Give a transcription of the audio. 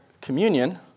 Communion